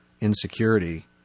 insecurity